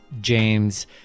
James